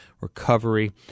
recovery